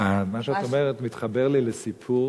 מה שאת אומרת מתחבר לי לסיפור